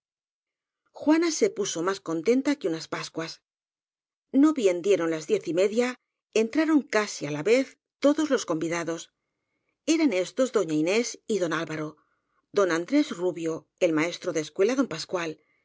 juana se puso más contenta que unas pascuas no bien dieron las diez y media entraron casi á la vez todos los convidados eran éstos doña inés y don alvaro don andrés rubio el maestro de escuela don pascual